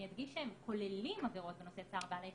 אני אדגיש שהם כוללים עבירות בנושא בעלי חיים,